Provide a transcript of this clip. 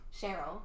Cheryl